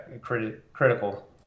critical